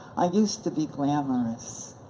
i used to be glamorous.